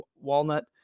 Walnut